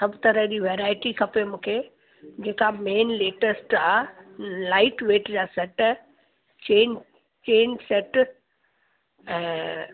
सभु तरह जी वैरायटी खपे मूंखे जेका मेन लेटेस्ट आहे लाइट वेट जा सैट चेन चेन सैट ऐं